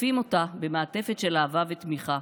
עוטפים אותה במעטפת של אהבה ותמיכה,